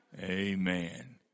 amen